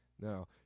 no